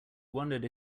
wondered